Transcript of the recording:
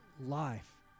life